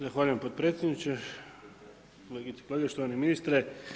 Zahvaljujem podpredsjedniče, kolegice i kolege, poštovani ministre.